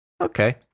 Okay